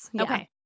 Okay